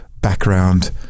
background